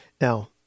now